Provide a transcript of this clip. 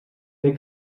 fer